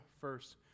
first